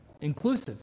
inclusive